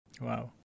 Wow